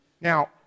Now